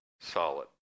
solid